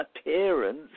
appearance